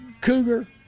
Cougar